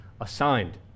assigned